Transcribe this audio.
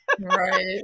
Right